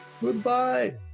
goodbye